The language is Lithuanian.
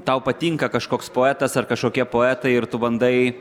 tau patinka kažkoks poetas ar kažkokie poetai ir tu bandai